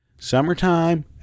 summertime